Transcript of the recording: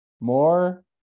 more